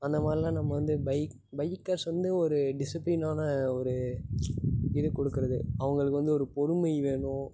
அந்த மாதிரிலாம் நம்ம வந்து பைக் பைக்கர்ஸ் வந்து ஒரு டிசிபிளினான ஒரு இது கொடுக்கறது அவங்களுக்கு வந்து ஒரு பொறுமை வேணும்